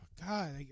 God